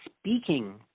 speaking